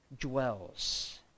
dwells